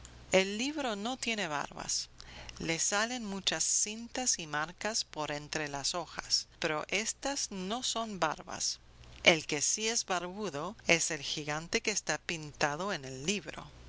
el libro no tiene barbas le salen muchas cintas y marcas por entre las hojas pero ésas no son barbas el que sí es barbudo es el gigante que está pintado en el libro